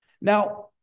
Now